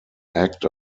act